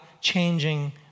changing